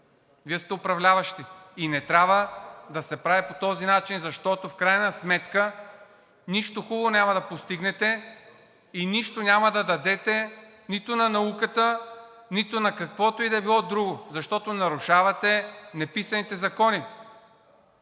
Вие сте управляващи и не трябва да се прави по този начин, защото в крайна сметка нищо хубаво няма да постигнете и нищо няма да дадете нито на науката, нито на каквото и да било друго, защото нарушавате неписаните закони.